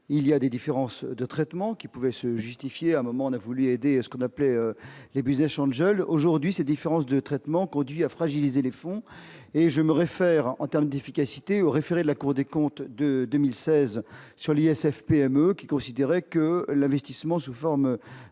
il y a des différences de traitement qui pouvait se justifier un moment on a voulu aider ce qu'on appelait les mutations de aujourd'hui ces différences de traitement conduit à fragiliser les fonds et je me réfère en terme d'efficacité au référé de la Cour des comptes de 2016 sur l'ISF-PME qui considérait que l'investissement sous forme